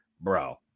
bro